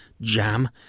jam